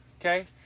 okay